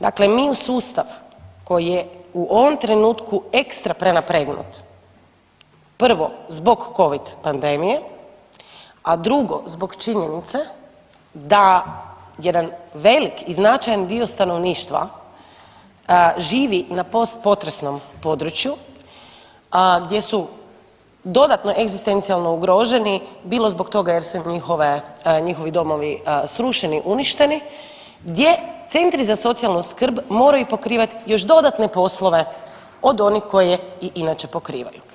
Dakle mi u sustav koji je u ovom trenutku ekstra prenapregnut prvo zbog covid pandemije, a drugo zbog činjenice da jedan velik i značajan dio stanovništva živi na post potresnom području, gdje su dodatno egzistencijalno ugroženi bilo zbog toga jer su njihovi domovi srušeni, uništeni, gdje centri za socijalnu skrb moraju pokrivati još dodatne poslove od onih koje i inače pokrivaju.